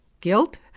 Guilt